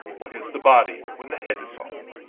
what is the body, when the head is off?